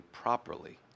properly